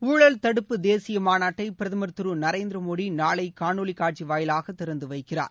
ஊழல் தடுப்பு தேசிய மாநாட்டை பிரதமர் திரு நரேந்திர மோடி நாளை காணொளி காட்சி வாயிலாக திறந்து வைக்கிறார்